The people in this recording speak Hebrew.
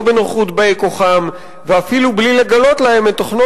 לא בנוכחות באי-כוחם ואפילו בלי לגלות להם את תוכנו